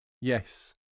Yes